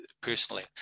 personally